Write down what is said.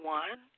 one